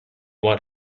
want